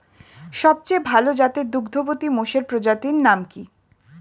সবচেয়ে ভাল জাতের দুগ্ধবতী মোষের প্রজাতির নাম কি?